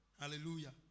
Hallelujah